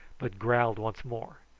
but growled once more.